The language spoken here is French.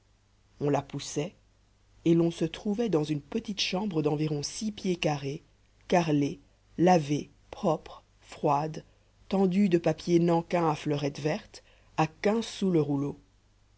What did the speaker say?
on la poussait et l'on se trouvait dans une petite chambre d'environ six pieds carrés carrelée lavée propre froide tendue de papier nankin à fleurettes vertes à quinze sous le rouleau